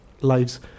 lives